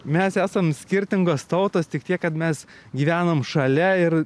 mes esam skirtingos tautos tik tiek kad mes gyvenam šalia ir